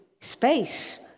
space